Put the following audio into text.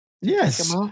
Yes